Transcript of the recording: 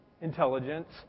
intelligence